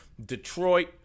Detroit